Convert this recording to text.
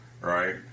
right